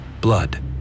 blood